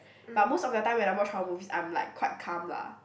but most of the time when I watch horror movies I'm like quite calm lah